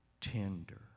tender